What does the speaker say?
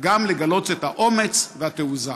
וגם לגלות את האומץ והתעוזה.